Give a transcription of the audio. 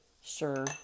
sure